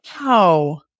Wow